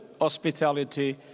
hospitality